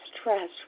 stress